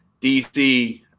DC